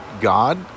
God